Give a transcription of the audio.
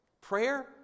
Prayer